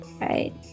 right